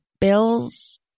bills